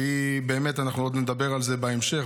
כי באמת אנחנו עוד נדבר על זה בהמשך,